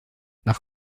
nach